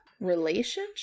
Relationship